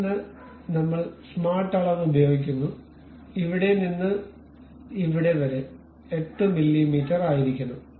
തുടർന്ന് നമ്മൾ സ്മാർട്ട് അളവ് ഉപയോഗിക്കുന്നു ഇവിടെ നിന്ന് ഇവിടെ വരെ 8 മില്ലീമീറ്റർ ആയിരിക്കണം